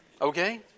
Okay